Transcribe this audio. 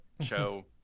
show